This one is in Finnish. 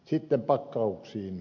sitten pakkauksiin